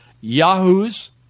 yahoos